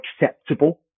acceptable